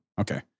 Okay